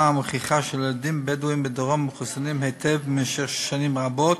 המוכיחה שילדים בדואים בדרום מחוסנים היטב במשך שנים רבות,